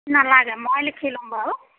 নালাগে মই লিখি ল'ম বাৰু